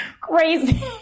crazy